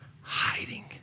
hiding